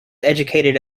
educated